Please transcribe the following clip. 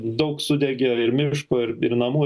daug sudegė ir miško ir ir namų